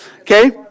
Okay